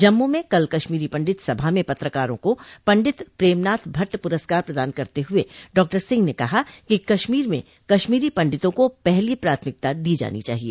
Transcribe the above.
जम्मू में कल कश्मीरी पंडित सभा में पत्रकारों को पंडित प्रेमनाथ भट्ट पुरस्कार प्रदान करते हुए डॉक्टर सिंह ने कहा कि कश्मीर में कश्मीरी पंडितों को पहली प्राथमिकता दी जानी चाहिए